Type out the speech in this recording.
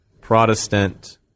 Protestant